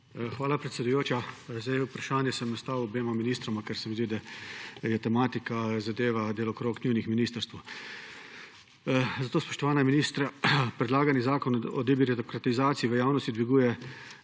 Hvala, predsedujoča. Vprašanja sem naslovil na oba ministra, ker se mi zdi, da tematika zadeva delokrog njunih ministrstev. Spoštovana ministra, predlagani zakon o debirokratizaciji v javnosti dviguje